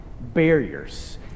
barriers